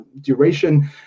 duration